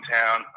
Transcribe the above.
town